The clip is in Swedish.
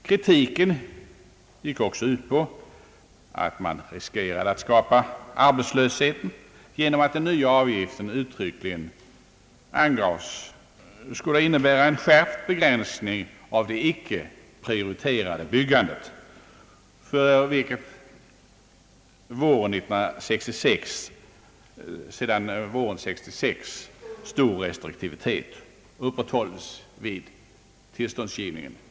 Kritiken gick också ut på att man riskerade att skapa arbetslöshet genom att den nya avgiften uttryckligen angavs skola innebära en skärpt begränsning av det icke prioriterade byggandet, för vilket sedan våren 1966 stor restriktivitet uppehålles vid tillståndsgivningen.